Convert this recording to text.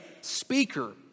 speaker